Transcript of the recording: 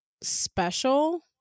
special